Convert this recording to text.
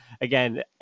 again